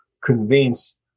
convince